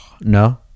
no